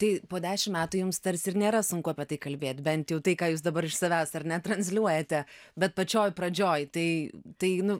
tai po dešimt metų jums tarsi ir nėra sunku apie tai kalbėti bent jau tai ką jūs dabar iš savęs ar ne transliuojate bet pačioj pradžioj tai tai nu